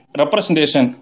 representation